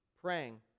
praying